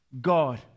God